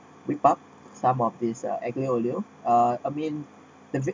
whip up some of these are aglio olio uh I mean